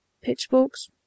Pitchforks